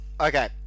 Okay